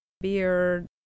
beard